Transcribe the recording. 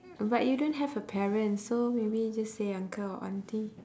but you don't have a parent so maybe just say uncle or aunty